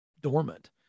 dormant